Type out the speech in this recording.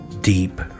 deep